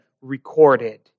recorded